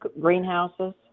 greenhouses